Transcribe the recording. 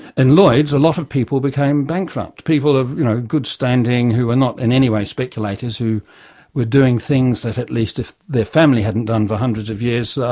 and lloyd's a lot of people became bankrupt, people of you know good standing who were not in any way speculators, who were doing things that at least their family hadn't done for hundreds of years,